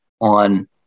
on